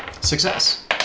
Success